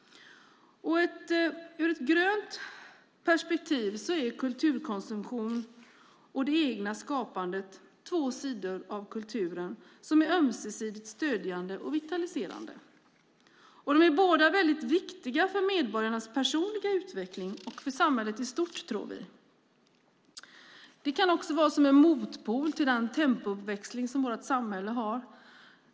Ur ett grönt perspektiv är kulturkonsumtionen och det egna skapandet två sidor av kulturen som är ömsesidigt stödjande och vitaliserande. De är båda väldigt viktiga för medborgarnas personliga utveckling och för samhället i stort tror vi. Det kan vara en motpol till den tempouppväxling som vårt samhälle genomgår.